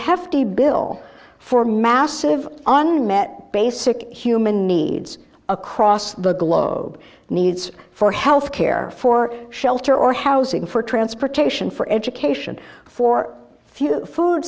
hefty bill for massive unmet basic human needs across the globe needs for healthcare for shelter or housing for transportation for education for f